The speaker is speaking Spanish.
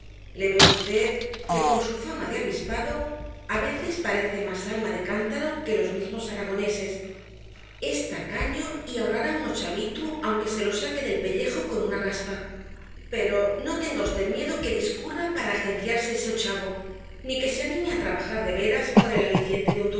le ve v que con su fama de avispado á veces parece más alma de cántaro que los mismos aragoneses es tacaño y ahorrará un ochavitu aunque se lo saque del pellejo con una raspa pero no tenga v miedo que discurra para agenciarse ese ochavo ni que se anime á trabajar de veras por el aliciente de un